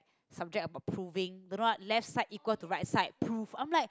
subject about proving don't know what left side equal to right side prove I'm like